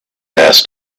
asked